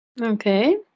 Okay